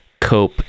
cope